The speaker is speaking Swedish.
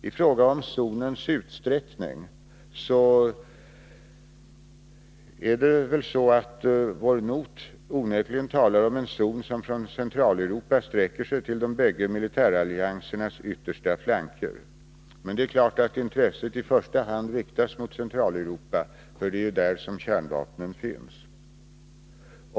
I fråga om zonens utsträckning talar vår not onekligen om en zon som från Centraleuropa sträcker sig till de bägge militäralliansernas yttersta flanker. Det är dock klart att intresset i första hand riktas mot Centraleuropa, för det är där som kärnvapnen finns.